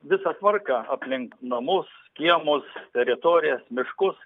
visą tvarką aplink namus kiemus teritorijas miškus